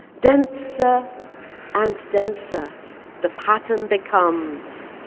denser and denser the pattern becomes.